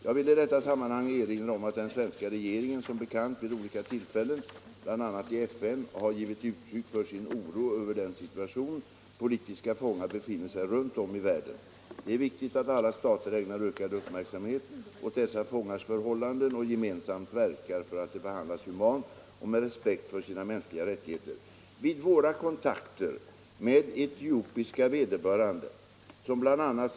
Jag vill i detta sammanhang erinra om att svenska regeringen som bekant vid olika tillfällen — bl.a. i FN — har givit uttryck för sin oro över den situation politiska fångar befinner sig i runt om i världen. Det är viktigt att alla stater ägnar ökad uppmärksamhet åt dessa fångars förhållanden och gemensamt verkar för att de behandlas humant och med respekt för deras mänskliga rättigheter. Vid våra kontakter med etiopiska vederbörande, som bl.,a.